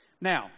Now